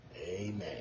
amen